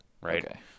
right